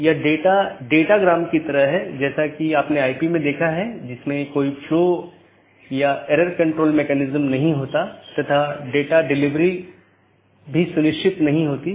तो इसका मतलब यह है कि यह प्रतिक्रिया नहीं दे रहा है या कुछ अन्य त्रुटि स्थिति उत्पन्न हो रही है